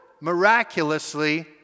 miraculously